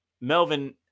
Melvin